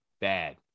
bad